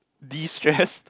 distress